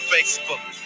Facebook